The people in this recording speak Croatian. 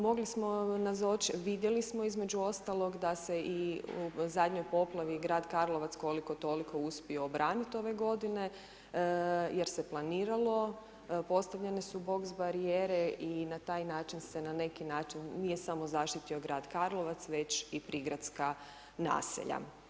Mogli smo, vidjeli smo između ostalog da se i na zadnjoj poplavi, grad Karlovac, koliko toliko uspije obraniti ove g. jer se planiralo, postavljene su box barijere i na taj način se na neki način nije smo zaštiti grad Karlovac, već i prigradska naselja.